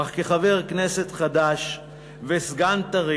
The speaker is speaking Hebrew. אך כחבר כנסת חדש וסגן טרי